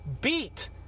beat